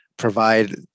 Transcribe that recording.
provide